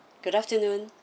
good afternoon